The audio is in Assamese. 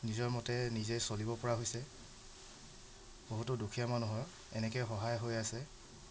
নিজৰ মতে নিজে চলিব পৰা হৈছে বহুতো দুখীয়া মানুহৰ এনেকৈ সহায় হৈ আছে